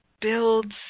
Builds